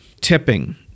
Tipping